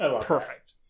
perfect